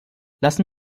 lassen